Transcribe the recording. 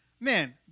man